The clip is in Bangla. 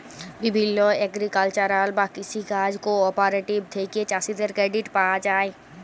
বিভিল্য এগ্রিকালচারাল বা কৃষি কাজ কোঅপারেটিভ থেক্যে চাষীদের ক্রেডিট পায়া যায়